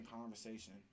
conversation